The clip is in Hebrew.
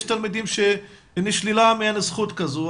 יש תלמידים שנשללה מהם זכות כזו,